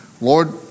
Lord